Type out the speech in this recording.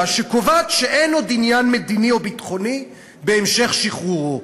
שקובעת שאין עוד עניין מדיני או ביטחוני בהמשך שחרורו.